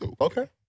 Okay